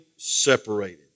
separated